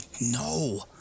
no